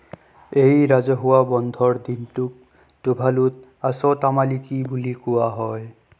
এই ৰাজহুৱা বন্ধৰ দিনটোক টুভালুত আছ' তামালিকি বুলি কোৱা হয়